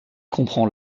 comprend